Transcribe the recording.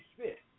fit